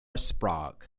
sprague